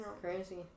Crazy